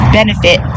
benefit